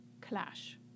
clash